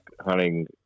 hunting